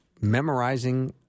memorizing